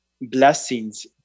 blessings